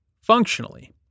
functionally